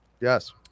Yes